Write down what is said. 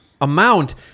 amount